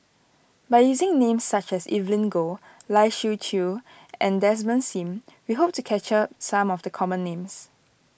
by using names such as Evelyn Goh Lai Siu Chiu and Desmond Sim we hope to capture some of the common names